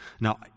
Now